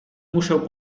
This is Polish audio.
muszę